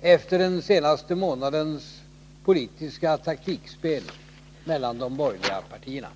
efter den senaste månadens politiska taktikspel mellan de borgerliga partierna.